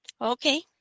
Okay